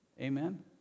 Amen